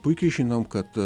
puikiai žinom kad